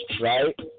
right